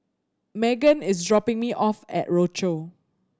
Meghann is dropping me off at Rochor